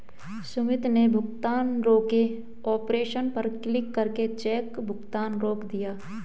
सुमित ने भुगतान रोके ऑप्शन पर क्लिक करके चेक भुगतान रोक दिया